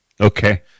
Okay